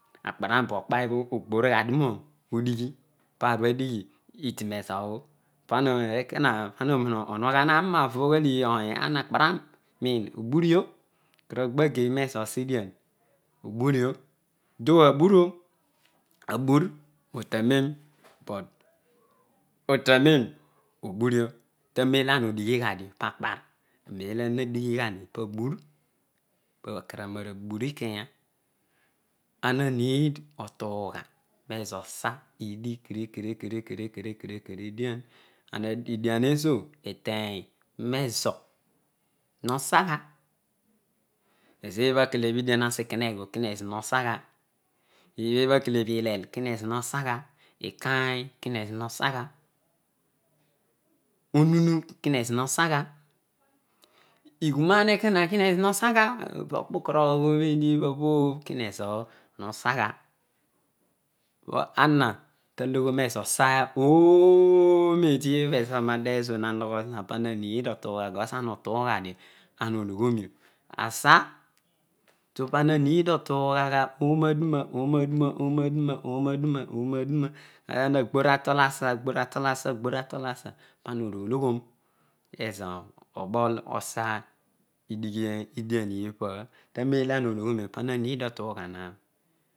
Akpoaran but kpai lo ogboru ghadio nodighi parobho adigiri idine zobho pana ekona onuuo nogha ernii navo ana kparan nin iburio koro gba keiu ezosa edian iburioh though abuur ah abuur non tanen but otanen obuurio tanen olo ana odighi gha dio pakpai anen olo ame dighi ghahi pa buur pakar anan abuur ikeya ana ueed emaa otu ugha mesisa nidi kere kere edia esuo etany nezo osagha ezobho ebha kele ediai. asikeneyi obho kunezo sagha oh meedi bhe kana nadeghe suo na nogho zina btuo ta no tuugha dio ana ologha nin asa to pana need otuugha oona duna, aghoatu asa ana nu ologhom ezo obol osa high edian ipa tanem olo ana ologhnio pana need otugha na